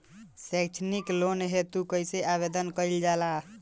सैक्षणिक लोन हेतु कइसे आवेदन कइल जाला?